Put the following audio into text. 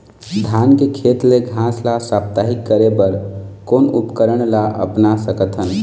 धान के खेत ले घास ला साप्ताहिक करे बर कोन उपकरण ला अपना सकथन?